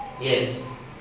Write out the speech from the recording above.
Yes